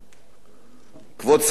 ד"ר עפו, שר האוצר מכבד אותך.